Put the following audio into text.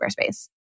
Squarespace